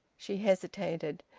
she hesitated.